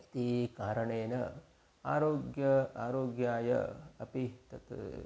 इति कारणेन आरोग्याय आरोग्याय अपि तत्